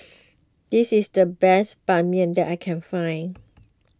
this is the best Ban Mian that I can find